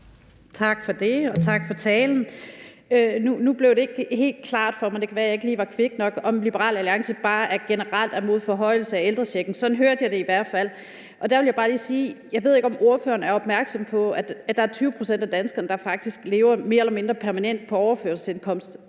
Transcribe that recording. og tak for talen. Nu blev det ikke helt klart for mig – og det kan være, jeg ikke lige var kvik nok – om Liberal Alliance bare generelt er mod en forhøjelse af ældrechecken. Sådan hørte jeg det i hvert fald. Der vil jeg bare lige sige: Jeg ved ikke, om ordføreren er opmærksom på, at der er 20 pct. af danskerne, der faktisk lever mere eller mindre permanent på overførselsindkomst,